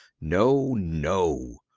no. no.